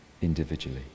individually